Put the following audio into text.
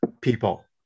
people